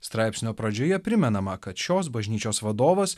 straipsnio pradžioje primenama kad šios bažnyčios vadovas